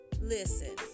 listen